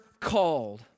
called